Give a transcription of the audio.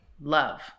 love